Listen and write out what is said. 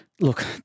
look